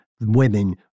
women